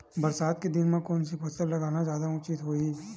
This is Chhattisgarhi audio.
बरसात के दिन म कोन से फसल लगाना जादा उचित होही?